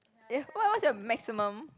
eh what what's your maximum